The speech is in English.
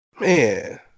Man